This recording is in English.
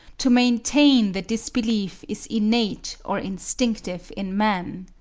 to maintain that this belief is innate or instinctive in man.